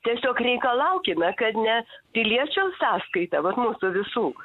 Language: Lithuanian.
tiesiog reikalaukime kad ne piliečių sąskaita vat mūsų visų